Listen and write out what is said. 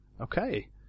Okay